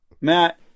Matt